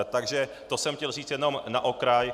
Takže to jsem chtěl říct jenom na okraj.